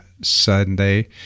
Sunday